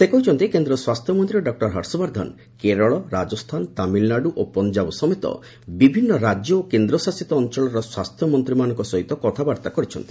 ସେ କହିଛନ୍ତି କେନ୍ଦ୍ର ସ୍ୱାସ୍ଥ୍ୟମନ୍ତ୍ରୀ ଡକ୍ଟର ହର୍ଷବର୍ଦ୍ଧନ କେରଳ ରାଜସ୍ଥାନ ତାମିଲନାଡ଼ ଓ ପଞ୍ଜାବ ସମେତ ବିଭିନ୍ନ ରାଜ୍ୟ ଓ କେନ୍ଦ୍ରଶାସିତ ଅଞ୍ଚଳର ସ୍ୱାସ୍ଥ୍ୟମନ୍ତ୍ରୀମାନଙ୍କ ସହିତ କଥାବାର୍ତ୍ତା କରିଛନ୍ତି